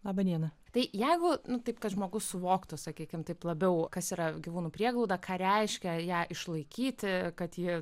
laba diena tai jeigu nutikti kad žmogus suvoktų sakykime taip labiau kas yra gyvūnų prieglauda ką reiškia ją išlaikyti kad jie